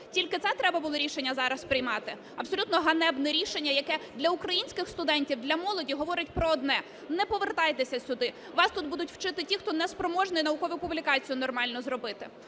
тільки це треба було рішення зараз приймати? Абсолютно ганебне рішення, яке для українських студентів, для молоді говорить про одне: не повертайтеся сюди, вас тут будуть вчити ті, хто не спроможний наукову публікацію нормально зробити.